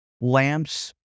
lamps